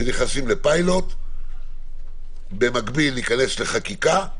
שנכנסים לפיילוט ובמקביל ניכנס לחקיקה.